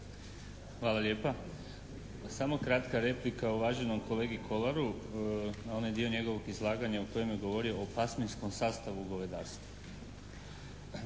Hvala lijepa. Samo kratka replika uvaženom kolegi Kolaru na onaj dio njegovo izlaganja u kojem je govorio o pasminskom sastavu govedarstva.